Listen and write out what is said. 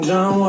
John